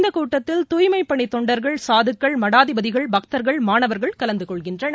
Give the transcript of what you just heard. இந்தக் கூட்டத்தில் தூய்மைப் பணி தொண்டர்கள் சாதுக்கள் மடாதிபதிகள் பக்தர்கள் மாணவர்கள் கலந்து கொள்கின்றனர்